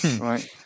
right